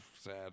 sad